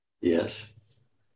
Yes